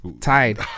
tied